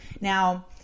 Now